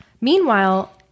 Meanwhile